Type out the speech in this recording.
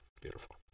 Beautiful